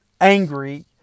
angry